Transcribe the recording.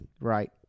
right